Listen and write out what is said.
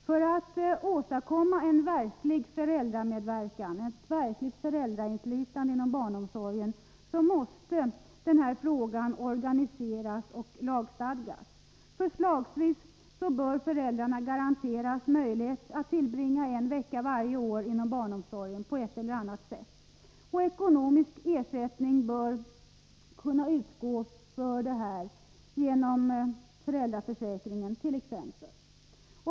För att åstadkomma en verklig föräldramedverkan och ett verkligt föräldrainflytande inom barnomsorgen måste denna organiseras och lagstadgas. Förslagsvis bör föräldrarna garanteras möjlighet att tillbringa en vecka varje år inom barnomsorgen på ett eller annat sätt. Ekonomisk ersättning för detta bör kunna utgå, t.ex. genom föräldraförsäkringen.